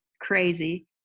crazy